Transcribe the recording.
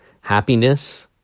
Happiness